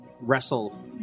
wrestle